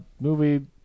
movie